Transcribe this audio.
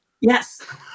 Yes